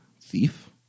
thief